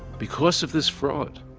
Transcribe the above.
because of this fraud,